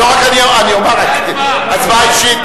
הצבעה אישית,